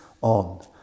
on